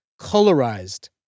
colorized